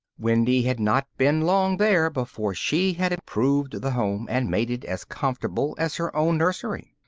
wendy had not been long there before she had improved the home and made it as comfortable as her own nursery.